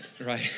right